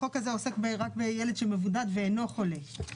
החוק הזה עוסק רק בילד שמבודד ואינו חולה.